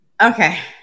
okay